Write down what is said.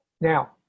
Now